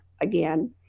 again